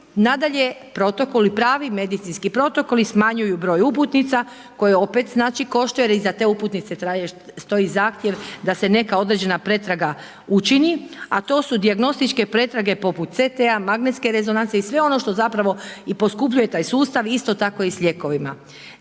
pravi medicinski protokoli smanjuju broj uputnica koje opet znači koštaju jer iza te uputnice stoji zahtjev da se neka određena pretraga učini, a to su dijagnostičke pretrage poput CT-a, magnetske rezonance i sve ono što zapravo i poskupljuje taj sustav isto tako i sa lijekovima.